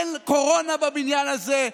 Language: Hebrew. אין קורונה בבניין הזה.